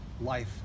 life